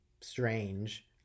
strange